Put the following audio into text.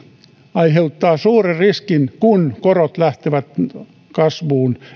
aiheuttaa suuren riskin kun korot lähtevät kasvuun